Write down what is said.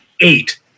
eight